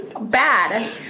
Bad